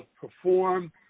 perform